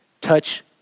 touch